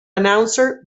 announcer